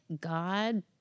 God